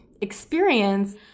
experience